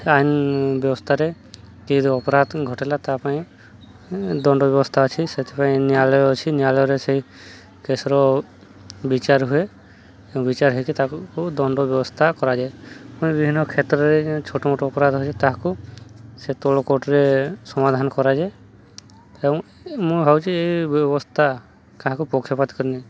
ଆଇନ ବ୍ୟବସ୍ଥାରେ କିଏ ଯଦି ଅପରାଧ କଲା ତା ପାଇଁ ଦଣ୍ଡ ବ୍ୟବସ୍ଥା ଅଛି ସେଥିପାଇଁ ନ୍ୟାୟାଳୟ ଅଛି ନ୍ୟାୟାଳୟରେ ସେଇ ଦେଶର ବିଚାର ହୁଏ ବିଚାର ହୋଇକି ତାକୁ ଦଣ୍ଡ ବ୍ୟବସ୍ଥା କରାଯାଏ ବିଭିନ୍ନ କ୍ଷେତ୍ରରେ ଛୋଟ ମୋଟ ଅପରାଧ ହେଉଛି ତାହାକୁ ସେ ତଳ କୋର୍ଟ୍ରେ ସମାଧାନ କରାଯାଏ ଏବଂ ମୁଁ ଭାବୁଛି ଏହି ବ୍ୟବସ୍ଥା କାହାକୁ ପକ୍ଷପାତ କରେନି